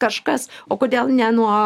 kažkas o kodėl ne nuo